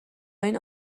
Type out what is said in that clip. این